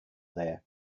there